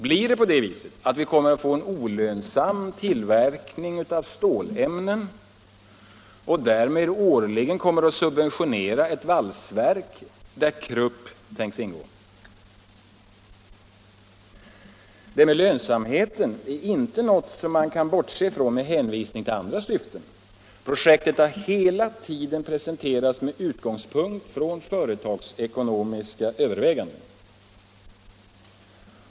Blir det på det viset att vi kommer att bedriva en olönsam tillverkning av stålämnen och därmed årligen kommer att subventionera ett valsverk där Krupp tänks ingå? Detta med lönsamheten är inte något som man kan bortse från med hänvisning till andra syften. Projektet har hela tiden presenterats med utgångspunkt i företagsekonomiska överväganden.